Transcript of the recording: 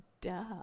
duh